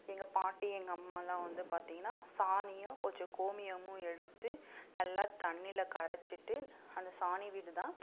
எங்கள் பாட்டி எங்கள் அம்மாலாம் வந்து பார்த்திங்கன்னா சாணியும் கொஞ்சம் கோமியமும் எடுத்து நல்லா தண்ணியில் கரைச்சிட்டு அந்த சாணி வீடு தான்